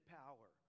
power